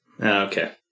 Okay